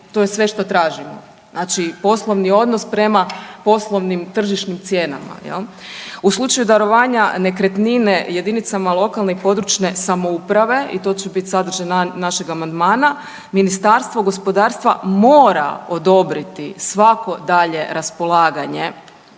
to je sve što tražimo, znači poslovni odnos prema poslovnim tržišnim cijenama. U slučaju darovanja nekretnine jedinicama lokalne i područne samouprave i to će bit sadržaj našeg amandmana, Ministarstvo gospodarstva mora odobriti svako dalje raspolaganje